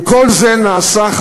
אם כל זה לא נעשה,